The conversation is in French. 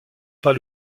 pas